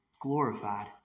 glorified